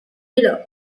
below